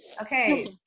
Okay